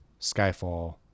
Skyfall